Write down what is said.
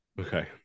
Okay